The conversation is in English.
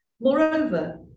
Moreover